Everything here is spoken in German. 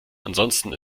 ansonsten